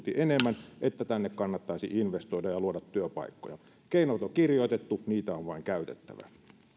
tunti enemmän että tänne kannattaisi investoida ja luoda työpaikkoja keinot on kirjoitettu niitä on vain käytettävä